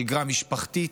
שגרה משפחתית,